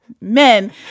men